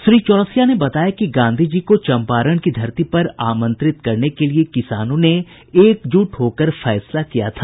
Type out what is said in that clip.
श्री चौरसिया ने बताया कि गांधी जी को चंपारण की धरती पर आमंत्रित करने के लिए किसानों एक जुट होकर फैसला किया था